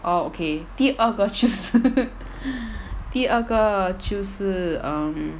orh okay 第二个是 第二个就是 um